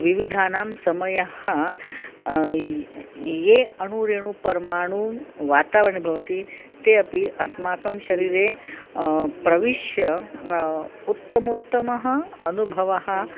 विविधेषु समयेषु ये अणुरेणुपर्माणुः वातावरणे भवन्ति ते अपि अस्माकं शरीरं प्रविश्य उत्तमोत्तमम् अनुभवं